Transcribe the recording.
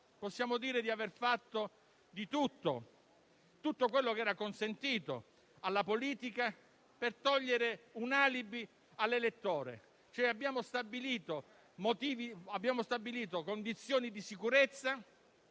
possiamo dire di aver fatto tutto quello che era consentito alla politica per togliere ogni alibi all'elettore. Abbiamo stabilito condizioni di sicurezza